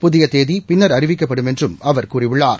புதிய தேதி பின்னா் அறிவிக்கப்படும் என்றும் அவா் கூறியுள்ளார்